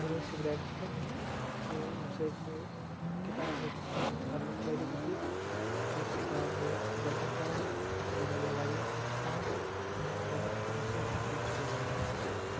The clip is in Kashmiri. مُنٲسِب رِیٹَس پٮ۪ٹھ تہٕ ییٚمہِ سۭتۍ مےٚ کِتاب رٔٹِتھ پَنُن پَرنُک فٲیدٕ تہِ تُل تہٕ سۄ کِتاب وٲژ باقِیَن تام تہِ تہٕ مےٚ میلیٚو واریاہ اَصٕل ڈِسکاوُنٹ تہٕ میٲنۍ گۄڈٕنِچ ایٚکٕسپِیریَنس ٲسۍ امہِ خٲطرٕ واریاہ اَصٕل